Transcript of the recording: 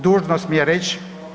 Dužnost mi je reći.